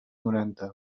noranta